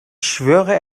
schwöre